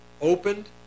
opened